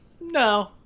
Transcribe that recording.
No